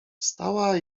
wstała